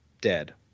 dead